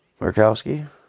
Murkowski